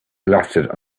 lasted